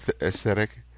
aesthetic